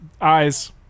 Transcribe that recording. Eyes